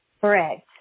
Correct